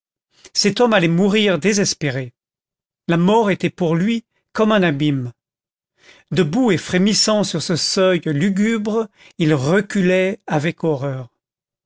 cet homme allait mourir désespéré la mort était pour lui comme un abîme debout et frémissant sur ce seuil lugubre il reculait avec horreur